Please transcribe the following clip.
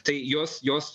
tai jos jos